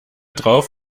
drauf